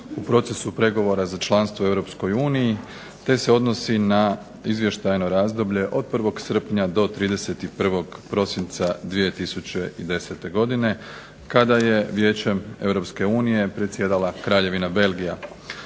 u procesu pregovora za članstvo u EU te se odnosi na izvještajno razdoblje od 1. srpnja do 31. prosinca 2010. godine kada je Vijećem EU predsjedala Kraljevina Belgija.